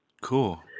cool